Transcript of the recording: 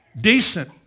decent